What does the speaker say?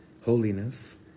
holiness